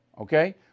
okay